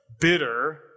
bitter